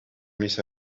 miss